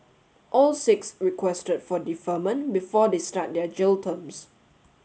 all six requested for deferment before they start their jail terms